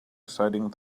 exciting